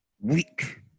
Weak